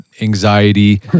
anxiety